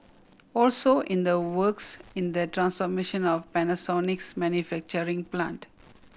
also in the works in the transformation of Panasonic's manufacturing plant